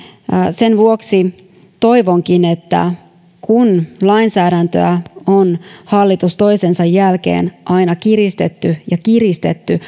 sen vuoksi toivonkin että kun lainsäädäntöä on hallitus toisensa jälkeen aina kiristetty ja kiristetty